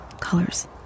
Colors